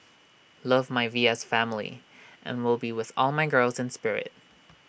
love my V S family and will be with all my girls in spirit